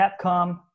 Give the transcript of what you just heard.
Capcom